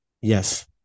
Yes